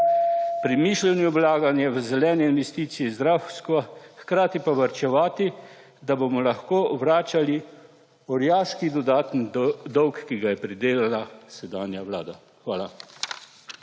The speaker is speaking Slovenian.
premišljeno vlaganje v zelene investicije zdravstva(?), hkrati pa varčevati, da bomo lahko vračali orjaški dodaten dolg, ki ga je pridelala sedanja vlada. Hvala.